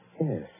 Yes